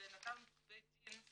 שנתן בית דין בחיפה,